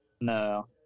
No